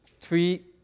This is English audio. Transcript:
three